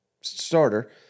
starter